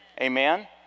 Amen